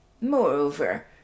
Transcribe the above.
Moreover